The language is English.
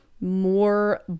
more